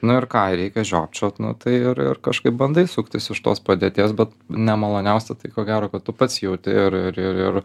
nu ir ką ir reikia žiopčiot nu tai ir ir kažkaip bandai suktis iš tos padėties bet nemaloniausia tai ko gero kad tu pats jauti ir ir ir ir